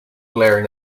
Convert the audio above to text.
glaring